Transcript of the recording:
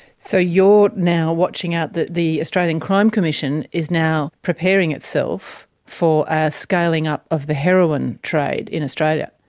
so you're now watching out that the australian crime commission is now preparing itself for a scaling up of the heroin trade in australia.